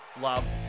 love